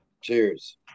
Cheers